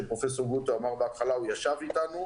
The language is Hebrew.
כמו שאמר פרופסור גרוטו בהתחלה שהוא ישב איתנו,